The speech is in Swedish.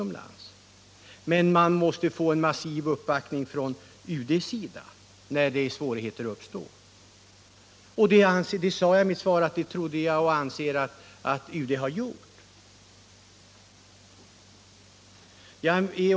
Men de måste få en massiv uppbackning från UD när svårigheter uppstår. Jag sade i mitt förra anförande att jag anser att UD har gett sådant stöd.